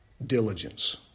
diligence